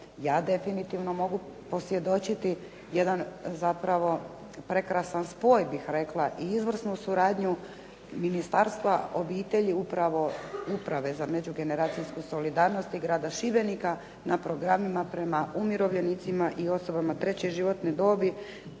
ja definitivno mogu posvjedočiti jedan zapravo prekrasan spoj bih rekla i izvrsnu suradnju Ministarstva obitelji upravo, Uprave za međugeneracijsku solidarnost i Grada Šibenika na programima prema umirovljenicima i osobama treće životne dobi